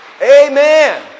amen